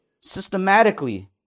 systematically